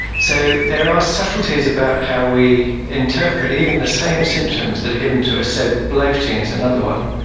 so there are subtleties about how we interpret even the same symptoms that are given to us. so bloating is another one,